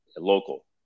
local